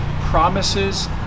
promises